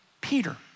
Peter